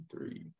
three